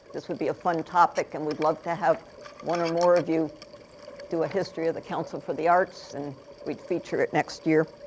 this would be a fun topic. and we'd love to have one or more of you do a history of the council for the arts. and we'd feature it next year.